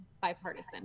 bipartisan